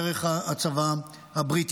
דרך הצבא הבריטי.